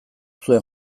zuen